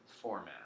format